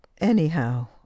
anyhow